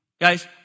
Guys